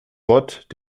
gott